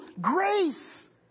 grace